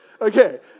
Okay